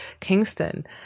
Kingston